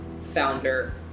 founder